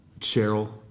Cheryl